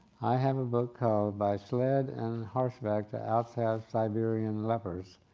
i have a book called by sled and horseback to outcast siberian lepers,